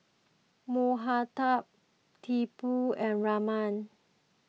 Mahatma Tipu and Raman